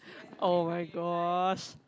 oh-my-gosh